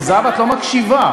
זהבה, את לא מקשיבה.